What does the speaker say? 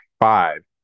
five